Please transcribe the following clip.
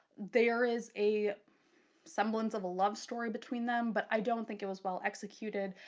there is a semblance of a love story between them, but i don't think it was well-executed.